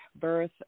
birth